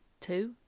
Two